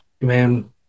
man